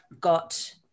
got